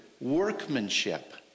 workmanship